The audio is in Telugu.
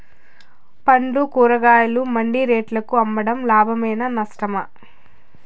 పండ్లు కూరగాయలు మండి రేట్లకు అమ్మడం లాభమేనా నష్టమా?